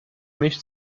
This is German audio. mich